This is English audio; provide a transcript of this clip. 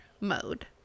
mode